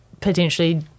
potentially